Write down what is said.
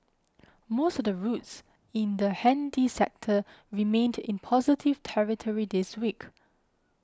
most of the routes in the handy sector remained in positive territory this week